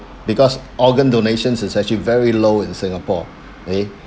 because organ donations is actually very low in singapore okay